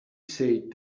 said